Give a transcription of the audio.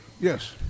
Yes